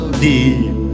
deep